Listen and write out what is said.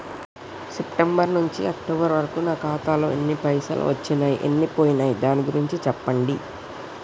September నుంచి October వరకు నా ఖాతాలో ఎన్ని పైసలు వచ్చినయ్ ఎన్ని పోయినయ్ దాని గురించి చెప్పండి?